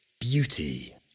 beauty